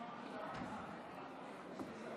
חוק ומשפט.